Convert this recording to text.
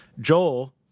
Joel